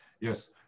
Yes